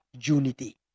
unity